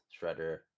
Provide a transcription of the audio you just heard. Shredder